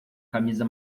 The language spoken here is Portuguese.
camisa